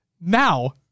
Now